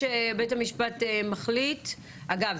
אגב,